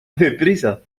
deprisa